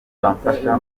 bamfasha